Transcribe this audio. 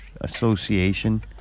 Association